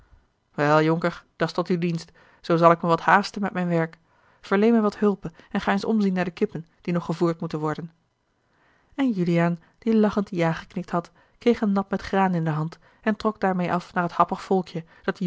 wel jonker dat's tot uw dienst zoo zal ik me wat haasten met mijn werk verleen me wat hulpe en ga eens omzien naar de kippen die nog gevoerd moeten worden en juliaan die lachend ja geknikt had kreeg een nap met graan in de hand en trok daarmeê af naar t happig volkje dat